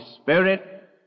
Spirit